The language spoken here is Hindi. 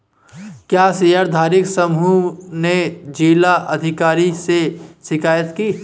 क्या शेयरधारी समूह ने जिला अधिकारी से शिकायत की?